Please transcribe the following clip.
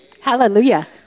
Hallelujah